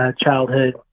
childhood